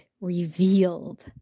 revealed